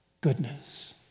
goodness